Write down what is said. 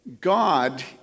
God